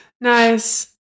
Nice